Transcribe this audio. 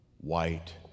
white